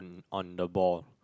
on the ball